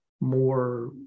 more